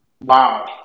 Wow